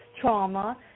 trauma